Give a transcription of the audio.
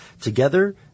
Together